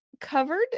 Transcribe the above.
covered